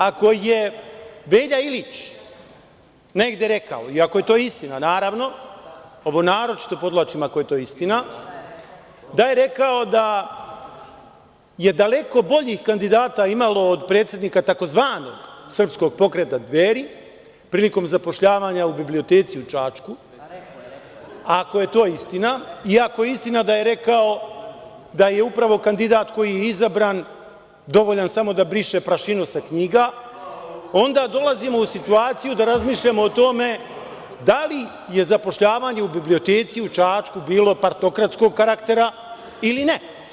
Ako je Velja Ilić negde rekao i ako je to istina, naravno, ovo naročito podvlačim „ako je to istina“, da je rekao da je daleko boljih kandidata imalo od predsednika tzv. Srpskog pokreta Dveri prilikom zapošljavanja u biblioteci u Čačku, ako je to istina, i ako je istina da je rekao da je upravo kandidat koji je izabran dovoljan samo da briše prašinu sa knjiga, onda dolazimo u situaciju da razmišljamo o tome da li je zapošljavanje u biblioteci u Čačku bilo partokratskog karaktera ili ne.